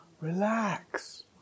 relax